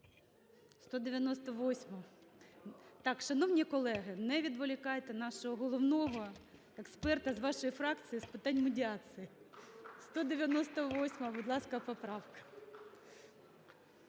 шановні колеги, не відволікайте нашого головного експерта з вашої фракції з питань медіації.